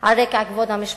על רקע כבוד המשפחה,